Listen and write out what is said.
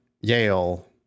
Yale